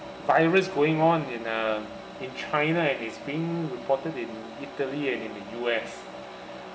virus going on in uh in china and is being reported in italy and in the U_S